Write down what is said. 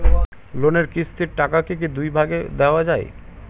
লোনের কিস্তির টাকাকে কি দুই ভাগে দেওয়া যায়?